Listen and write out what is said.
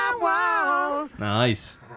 Nice